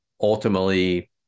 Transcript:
ultimately